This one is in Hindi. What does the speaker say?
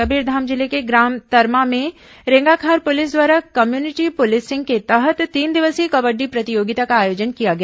कबीरधाम जिले के ग्राम तरमा में रेंगाखार पुलिस द्वारा कम्युनिटी पुलिसिंग के तहत तीन दिवसीय कबड़डी प्रतियोगिता का आयोजन किया गया